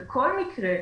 בכל מקרה,